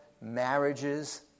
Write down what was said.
marriages